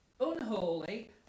unholy